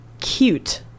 cute